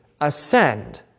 ascend